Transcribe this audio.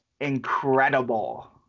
incredible